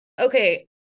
okay